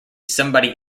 somebody